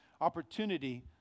opportunity